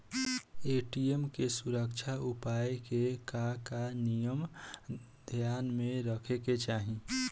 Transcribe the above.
ATM के सुरक्षा उपाय के का का नियम ध्यान में रखे के चाहीं?